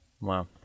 Wow